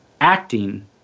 acting